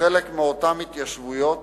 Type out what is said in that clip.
לחלק מאותן התיישבויות,